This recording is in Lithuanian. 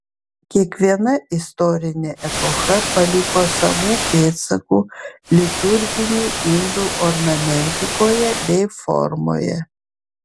kiekviena istorinė epocha paliko savų pėdsakų liturginių indų ornamentikoje bei formoje